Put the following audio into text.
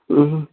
ଉଁ ହୁଁ